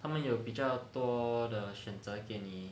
他们有比较多的选择给你